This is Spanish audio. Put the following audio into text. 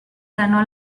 ganó